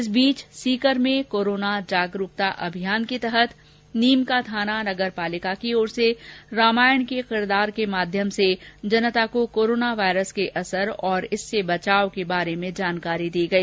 इस बीच सीकर में कोरोना जागरूकता अभियान के तहत नीमकाथाना नगर पालिका की ओर से रामायण के किरदार के माध्यम से जनता को कोरोना वायरस के असर और इससे बचाव के बारे में जानकारी दी गई